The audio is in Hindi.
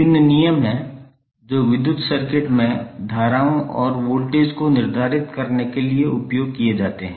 विभिन्न नियम हैं जो विद्युत सर्किट में धाराओं और वोल्टेज को निर्धारित करने के लिए उपयोग किए जाते हैं